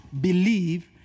believe